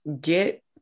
get